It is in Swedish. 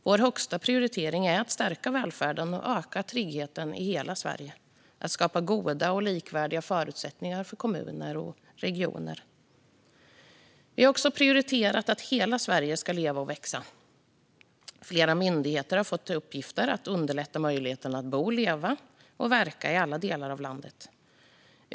Vår högsta prioritering är att stärka välfärden och öka tryggheten i hela Sverige och att skapa goda och likvärdiga förutsättningar för kommuner och regioner. Vi har också prioriterat att hela Sverige ska leva och växa. Flera myndigheter har fått i uppgift att underlätta möjligheterna att bo, leva och verka i alla delar av landet.